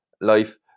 life